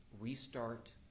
restart